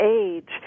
age